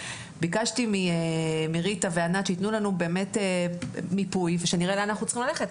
ביקשתי מריטה וענת שיתנו לנו באמת מיפוי ושנראה לאן אנחנו צריכים ללכת.